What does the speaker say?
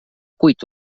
cuit